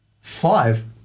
Five